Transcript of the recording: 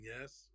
yes